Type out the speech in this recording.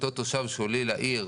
שאותו תושב שעולה לעיר,